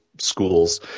Schools